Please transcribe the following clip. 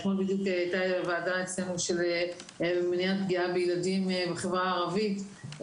אתמול בדיוק הייתה ועדה אצלנו של מניעת פגיעה בילדים בחברה הערבית,